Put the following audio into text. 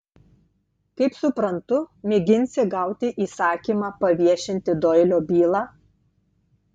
kaip suprantu mėginsi gauti įsakymą paviešinti doilio bylą